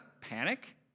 panic